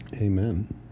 Amen